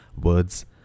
words